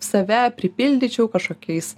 save pripildyčiau kažkokiais